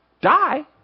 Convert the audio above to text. Die